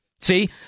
See